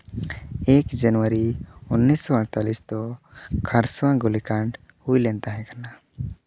ᱮᱠ ᱡᱟᱱᱩᱣᱟᱨᱤ ᱩᱱᱤᱥᱥᱚ ᱟᱴᱛᱟᱞᱞᱤᱥ ᱫᱚ ᱠᱷᱟᱨᱥᱟᱣᱟ ᱜᱩᱞᱤᱠᱟᱱᱰ ᱦᱩᱭᱞᱮᱱ ᱛᱟᱦᱮᱸ ᱠᱟᱱᱟ